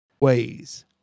ways